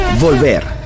Volver